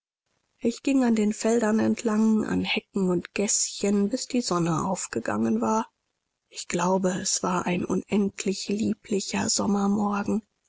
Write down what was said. ich ging an den feldern entlang an hecken und gäßchen bis die sonne aufgegangen war ich glaube es war ein unendlich lieblicher sommermorgen